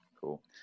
Cool